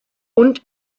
und